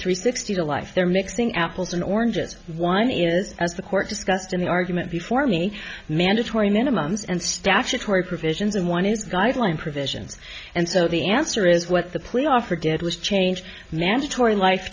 three sixty to life they're mixing apples and oranges one is as the court discussed in the argument before me mandatory minimums and statutory provisions and one is guideline provisions and so the answer is what the plea offer did was change mandatory life